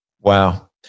Wow